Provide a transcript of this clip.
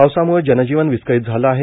पावसाम्ळे जनजीवन विस्कळीत झाले आहे